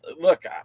look